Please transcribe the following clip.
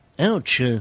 ouch